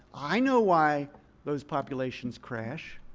i know why those populations crash.